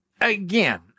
again